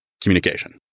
communication